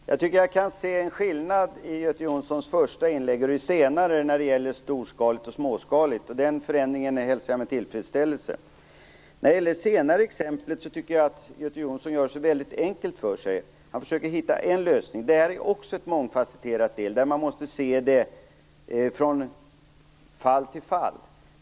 Herr talman! Jag tycker att jag kan se en skillnad i Göte Jonsson första inlägg och i det senare när det gäller storskaligt och småskaligt. Jag hälsar den förändringen med tillfredsställelse. Jag tycker att Göte Jonsson gör det väldigt enkelt för sig när han tar upp det senare exemplet. Han försöker hitta en lösning. Detta är också ett mångfasetterat problem där vi måste se det från fall till fall.